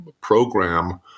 program